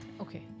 Okay